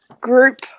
group